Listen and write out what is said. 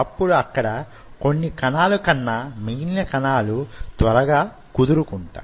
అప్పుడు అక్కడ కొన్ని కణాల కన్నా మిగిలిన కణాలు త్వరగా కుదురుకుంటాయి